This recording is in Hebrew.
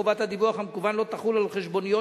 חובת הדיווח המקוון לא תחול על חשבוניות